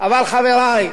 אבל, חברי,